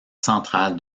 central